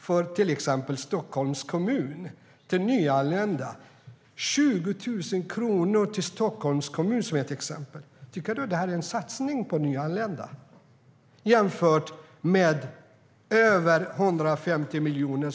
Det blir 20 000 för nyanlända i till exempel Stockholms kommun. Tycker du att detta är en satsning på nyanlända? Vi vill satsa över 150 miljoner.